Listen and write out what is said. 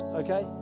okay